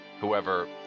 whoever